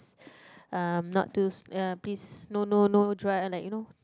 uh not too no no no dry ah like you know